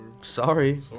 sorry